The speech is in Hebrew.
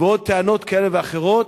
ועוד טענות כאלה ואחרות.